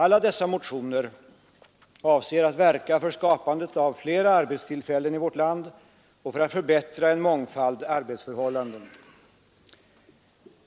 Alla dessa motioner avser att verka för skapandet av flera arbetstillfällen i vårt land och att förbättra en mångfald arbetsförhållanden.